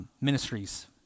ministries